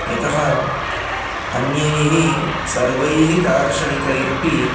यतः अन्यैः सर्वैः दार्शनिकैरपि